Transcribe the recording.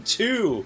two